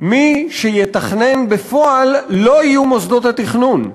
מי שיתכנן בפועל לא יהיו מוסדות התכנון,